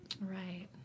Right